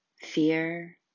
fear